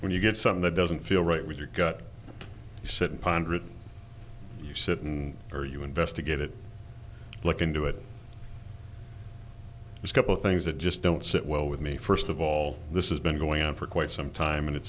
when you get something that doesn't feel right with your gut he said ponder it you sit in or you investigated look into it is a couple things that just don't sit well with me first of all this is been going on for quite some time and it